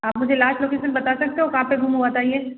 आप मुझे last location बता सकते हो कहाँ पे गुम हुआ था ये